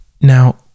Now